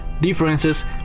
differences